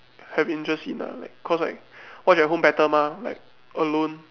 have interest in ah like cause like watch at home better mah like alone